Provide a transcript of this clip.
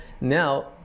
now